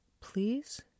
Please